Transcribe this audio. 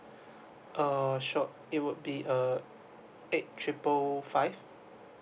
oh sure it would be err eight triple five